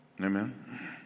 Amen